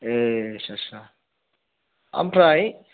ए आथसा सा ओमफ्राय